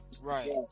Right